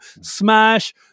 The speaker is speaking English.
smash